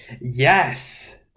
Yes